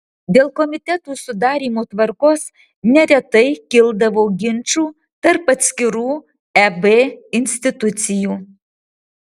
dėl komitetų sudarymo tvarkos neretai kildavo ginčų tarp atskirų eb institucijų